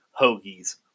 Hoagies